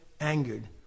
angered